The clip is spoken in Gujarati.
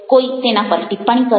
કોઈ તેના પર ટિપ્પણી કરે